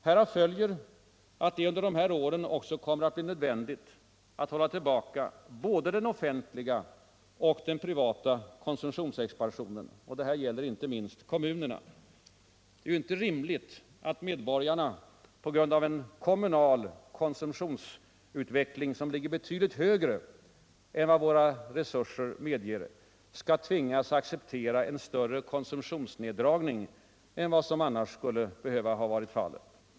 Härav följer att det under de här åren också kommer att bli nödvändigt att hålla tillbaka både den offentliga och den privata konsumtionsexpansionen. Det här gäller inte minst kommuner. Det är inte rimligt att medborgarna på grund av en kommunal konsumtionsutveckling som ligger betydligt högre än våra resurser medger skall tvingas acceptera en större privat konsumtionsneddragning än vad som annars skulle ha behövt vara fallet.